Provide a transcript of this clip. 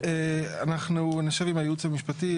נשב עם הייעוץ המשפטי,